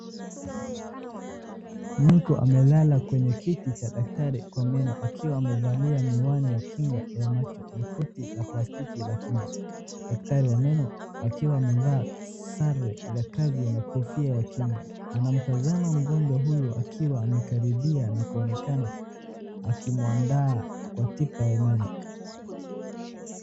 Mtu amelala kwenye kiti cha daktari wa meno akiwa amevalia miwani ya kinga ya macho na koti la plastiki la kinga. Daktari wa meno akiwa amevaa sare za kazi na kofia ya kinga, anamtazama mgonjwa huyu akiwa amekaribia na kuonekana akimwandaa kwa tiba ya meno.